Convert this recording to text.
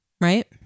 right